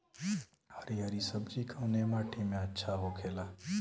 हरी हरी सब्जी कवने माटी में अच्छा होखेला?